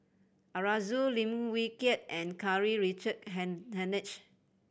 Arasu Lim Wee Kiak and Karl Richard Hanitsch